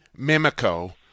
Mimico